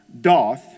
doth